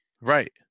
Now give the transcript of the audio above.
Right